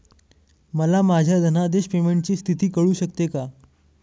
मला माझ्या धनादेश पेमेंटची स्थिती कळू शकते का?